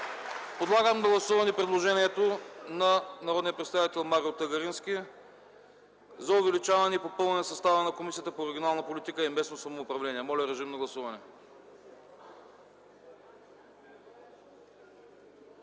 Подлагам на гласуване предложението на народния представител Марио Тагарински за увеличаване и попълване състава на Комисията по регионална политика и местно самоуправление. Гласували